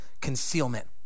Concealment